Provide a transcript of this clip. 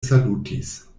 salutis